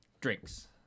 drinks